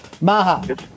Maha